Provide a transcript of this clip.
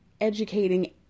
educating